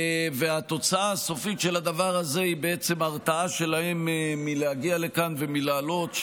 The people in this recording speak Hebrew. התוצאה הסופית של הדבר הזה היא למעשה הרתעה שלהם מלהגיע לכאן ומלעלות,